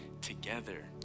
together